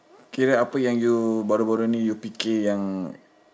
kira apa yang you baru-baru ini you fikir yang